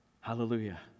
Hallelujah